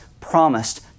promised